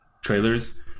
trailers